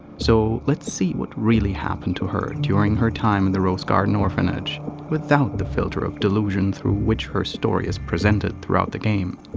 so let's see what really happened to her during her time in the rose garden orphanage without the filter of delusion through which her story is presented throughout the game.